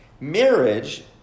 Marriage